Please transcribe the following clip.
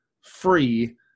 free